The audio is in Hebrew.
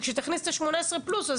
כשהיא תכניס את ה-18 פלוס,